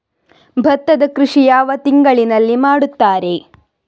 ಭತ್ತದ ಕೃಷಿ ಯಾವ ಯಾವ ತಿಂಗಳಿನಲ್ಲಿ ಮಾಡುತ್ತಾರೆ?